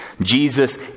Jesus